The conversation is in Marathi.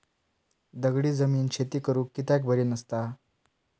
दगडी जमीन शेती करुक कित्याक बरी नसता?